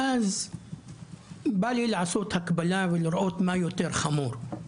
ואז בא לי לעשות הקבלה ולראות מה יותר חמור,